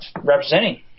representing